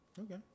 Okay